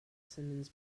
simmons